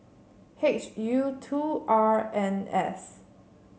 H U two R N S